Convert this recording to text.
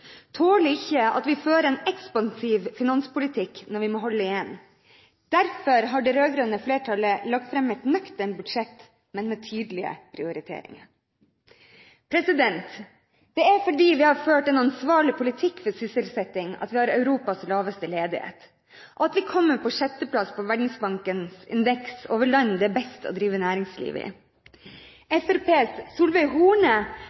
tåler ikke at vi fører en ekspansiv finanspolitikk når vi må holde igjen. Derfor har det rød-grønne flertallet lagt fram et nøkternt budsjett, men med tydelige prioriteringer. Det er fordi vi har ført en ansvarlig politikk for sysselsetting at vi har Europas laveste ledighet, og at vi kommer på sjetteplass på Verdensbankens indeks over land det er best å drive næring i. Fremskrittspartiets Solveig Horne